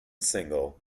single